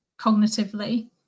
cognitively